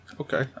Okay